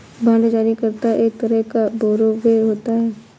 bond जारी करता एक तरह का बारोवेर होता है